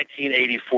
1984